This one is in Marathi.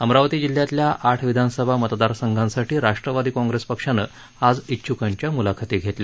अमरावती जिल्ह्यातल्या आठ विधानसभा मतदारसंघांसाठी राष्ट्रवादी काँग्रेस पक्षानं आज इच्छूकांच्या म्लाखती घेतल्या